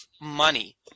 money